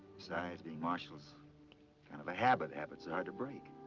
besides, being marshal's kind of a habit. habits are hard to break.